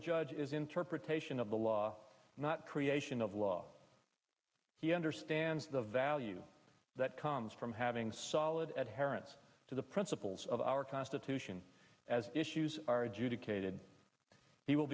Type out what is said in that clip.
judge is interpretation of the law not creation of law he understands the value that comes from having solid at heron's to the principles of our constitution as issues are adjudicated he will